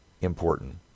important